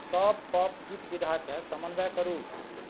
सब पॉप गीत बिधा कए समन्वय करू